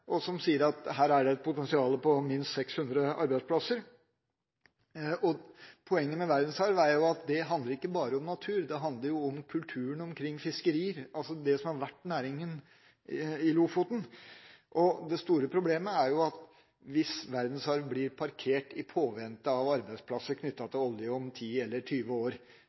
jo ikke bare om natur, det handler også om kulturen omkring fiskerier, altså det som har vært næringen i Lofoten, og det store problemet er hvis verdensarven blir parkert i påvente av arbeidsplasser knyttet til olje om 10 eller 20 år.